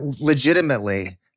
legitimately